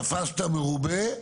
תפסת מרובה,